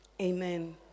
Amen